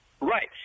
Right